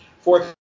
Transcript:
Fourth